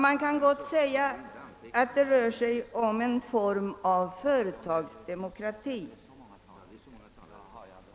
Man kan gott säga att det rör sig om en form av företagsdemokrati.